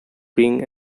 being